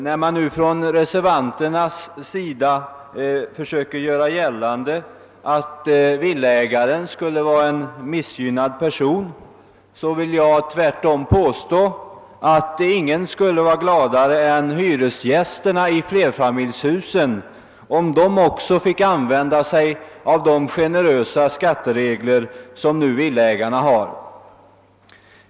När nu reservanterna försöker göra gällande att villaägaren skulle vara en missgynnad person, vill jag tvärtom påstå att inga skulle vara gladare än hyresgästerna i flerfamiljshusen om de också fick tillämpa de generösa skatteregler som villaägarna nu har.